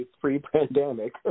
pre-pandemic